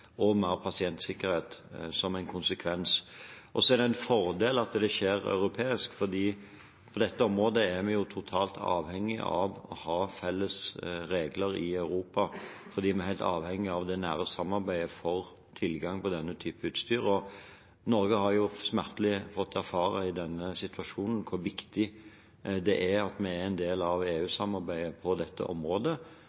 og vil ha bedre pasientsikkerhet som konsekvens. Det er også en fordel at det skjer på europeisk nivå, for på dette området er vi totalt avhengige av å ha felles regler i Europa, for vi er helt avhengige av det nære samarbeidet for å få tilgang på denne typen utstyr. Norge har smertelig fått erfare i denne situasjonen hvor viktig det er at vi er en del av